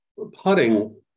putting